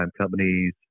companies